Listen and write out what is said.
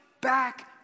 back